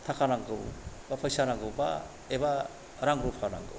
नांगौ एबा फैसा नांगौ एबा रां रुफा नांगौ